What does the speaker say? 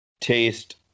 taste